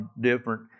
different